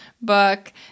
book